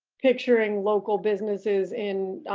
pictureing local businesses in